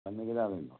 पन्नी केॾा वई